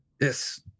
Yes